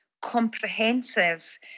comprehensive